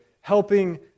helping